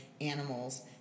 animals